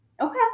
okay